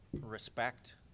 respect